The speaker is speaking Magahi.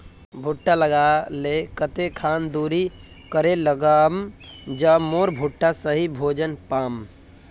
भुट्टा लगा ले कते खान दूरी करे लगाम ज मोर भुट्टा सही भोजन पाम?